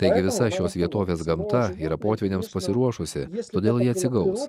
taigi visa šios vietovės gamta yra potvyniams pasiruošusi todėl ji atsigaus